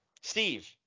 Steve